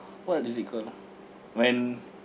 what does it called ah when